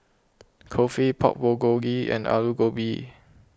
Kulfi Pork Bulgogi and Alu Gobi